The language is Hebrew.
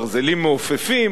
ברזלים מעופפים,